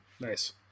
Nice